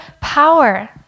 power